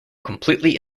completely